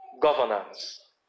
governance